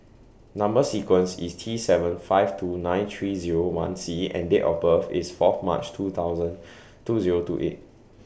Number sequence IS T seven five two nine three Zero one C and Date of birth IS Fourth March two thousand two Zero two eight